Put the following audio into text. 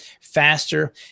faster